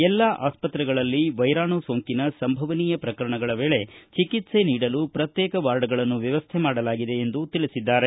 ಎಲ್ಲಾ ಆಸ್ಪತ್ರೆಗಳಲ್ಲಿ ವೈರಾಣು ಸೋಂಕಿನ ಸಂಭವನೀಯ ಪ್ರಕರಣಗಳ ವೇಳೆ ಚಿಕಿತ್ತೆ ನೀಡಲು ಪ್ರತ್ಯೇಕ ವಾರ್ಡ್ಗಳನ್ನು ವ್ಯವಸ್ಥೆ ಮಾಡಲಾಗಿದೆ ಎಂದು ತಿಳಿಸಿದ್ದಾರೆ